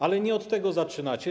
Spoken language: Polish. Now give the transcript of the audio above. Ale nie od tego zaczynacie.